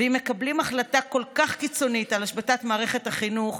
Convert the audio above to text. ואם מקבלים החלטה כל כך קיצונית על השבתת מערכת החינוך,